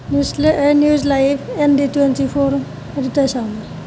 news চেলে news live N D twenty four এই দুটাই চাওঁ মই